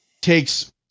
takes